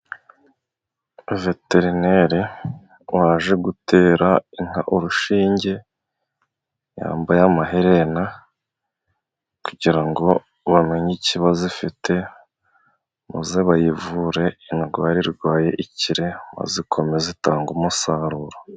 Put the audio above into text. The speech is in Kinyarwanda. Veterineri waje gutera inka urushinge yambaye amaherena kugira ngo bamenye ikibazo ifite, muza bayivure indwara irwaye ikire maze ikomeze itange umusaruro.